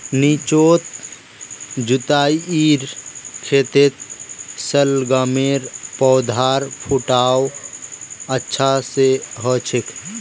निचोत जुताईर खेतत शलगमेर पौधार फुटाव अच्छा स हछेक